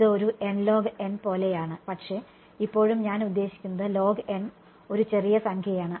ഇത് nlog പോലെയാണ് പക്ഷേ ഇപ്പോഴും ഞാൻ ഉദ്ദേശിക്കുന്നത് log ഒരു ചെറിയ സംഖ്യയാണ്